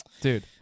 Dude